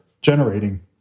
generating